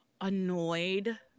annoyed